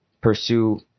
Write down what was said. pursue